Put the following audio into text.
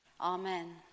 Amen